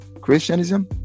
christianism